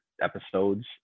episodes